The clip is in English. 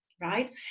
Right